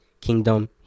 kingdom